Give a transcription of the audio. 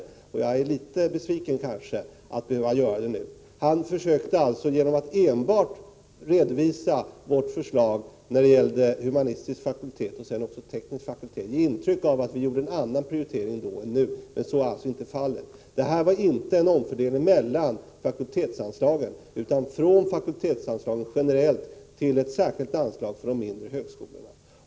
Därför är jag litet besviken över att behöva göra det nu. Genom att enbart redovisa vårt förslag beträffande humanistisk fakultet, och sedan också beträffande teknisk fakultet, gav han intryck av att vi hade en annan prioritering då än nu. Men så är alltså inte fallet. Det var inte fråga om en omfördelning mellan fakultetsanslagen, utan en omfördelning från fakultetsanslagen generellt till ett särskilt anslag för de mindre högskolorna.